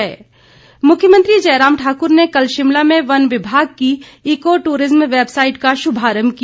मुख्यमंत्री मुख्यमंत्री जयराम ठाकुर ने कल शिमला में वन विमाग की ईको टूरिज़्म वैबसाइट का शुभारम्भ किया